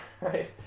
right